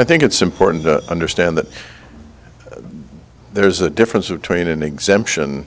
i think it's important to understand that there's a difference between an exemption